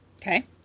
Okay